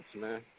man